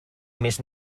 més